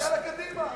יאללה, קדימה.